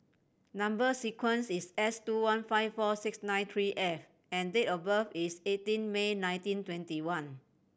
number sequence is S two one five four six nine three F and date of birth is eighteen May nineteen twenty one